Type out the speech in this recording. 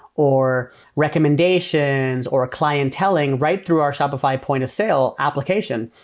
or recommendations, or ah client-telling right through our shopify point-of-sale application.